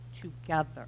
together